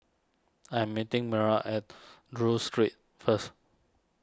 I am meeting Myron at Duke Street first